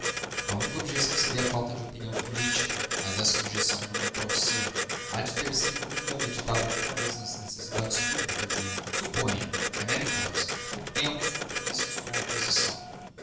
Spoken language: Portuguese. a única objeção seria a falta de opinião política mas esta objeção não o pode ser há de ter sem dúvida meditado alguma vez nas necessidades públicas e suponha é mera hipótese que tenho alguns compromissos com a oposição